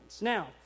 Now